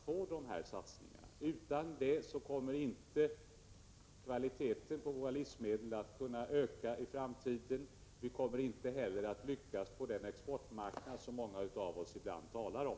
Om dessa satsningar inte görs, kommer kvaliteten på våra livsmedel inte att kunna förbättras i framtiden. Inte heller kommer vi att lyckas på den exportmarknad som många av oss ibland talar om.